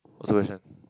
what solution